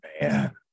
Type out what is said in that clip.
Man